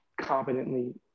competently